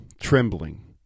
trembling